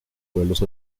pueblos